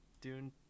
dune